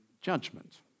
judgment